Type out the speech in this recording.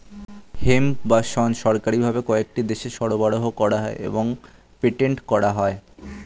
hemp বা শণ সরকারি ভাবে কয়েকটি দেশে সরবরাহ করা হয় এবং পেটেন্ট করা হয়